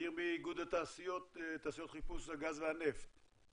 אמיר מאיגוד תעשיות חיפוש הגז והנפט.